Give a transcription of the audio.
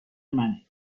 منه